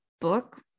book